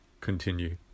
continue